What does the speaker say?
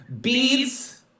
beads